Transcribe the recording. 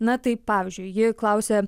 na tai pavyzdžiui ji klausia